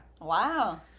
Wow